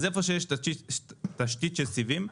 אז איפה שיש תשתית של סיבים,